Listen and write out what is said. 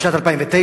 בשנת 2009?